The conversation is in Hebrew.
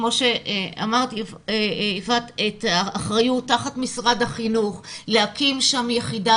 את האחריות תחת משרד החינוך ולהקים שם יחידה.